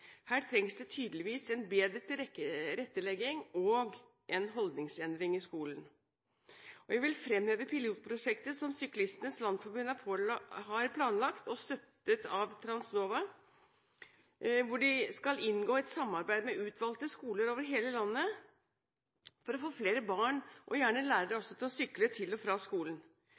Her trengs det tydeligvis en bedre tilrettelegging og holdningsendring i skolen. Jeg vil fremheve pilotprosjektet som Syklistenes landsforening har planlagt, støttet av Transnova. De skal inngå et samarbeid med utvalgte skoler over hele landet for å få flere barn, og gjerne også lærere, til å sykle til og fra skolen.